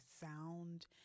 sound